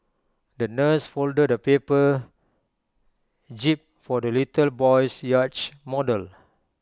the nurse folded A paper jib for the little boy's yacht model